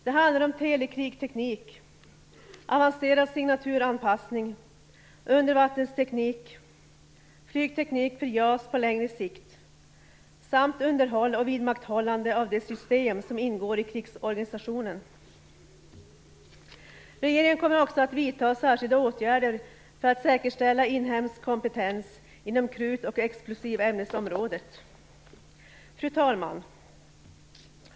Det handlar om telekrigteknik, avancerad signaturanpassning, undervattensteknik, flygteknik för JAS på längre sikt samt underhåll och vidmakthållande av det system som ingår i krigsorganisationen. Regeringen kommer också att vidta särskilda åtgärder för att säkerställa inhemsk kompetens inom krut och explosivämnesområdet. Fru talman!